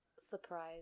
Surprise